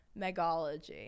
megology